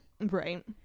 Right